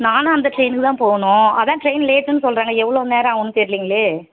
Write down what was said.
நானும் அந்த ட்ரெயினுக்கு தான் போகணும் அதான் ட்ரெயின் லேட்டுன்னு சொல்லுறாங்க எவ்வளோ நேரம் ஆவுன்னு தெரிலிங்களே